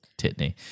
titney